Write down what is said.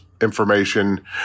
information